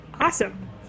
Awesome